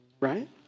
right